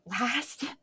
last